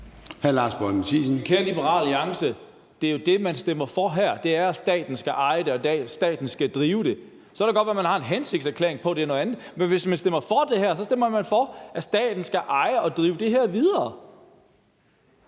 Kære Liberal Alliance, det er jo det, man stemmer for her. Det er, at staten skal eje det, og at staten skal drive det. Så kan det godt være, at man har en hensigtserklæring om, at det er noget andet, men hvis man stemmer for det her, stemmer man for, at staten skal eje og drive det videre.